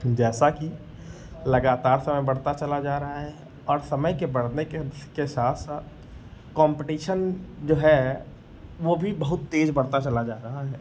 जैसा कि लगातार समय बढ़ता चला जा रहा है और समय के बढ़ने के के साथ साथ कॉम्पिटिशन जो है वह भी बहुत तेज बढ़ता चला जा रहा है